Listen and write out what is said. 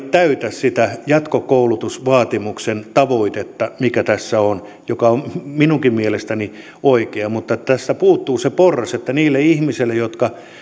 täytä sitä jatkokoulutusvaatimuksen tavoitetta mikä tässä on joka on minunkin mielestäni oikea tästä puuttuu se porras että niille ihmisille jotka